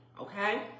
okay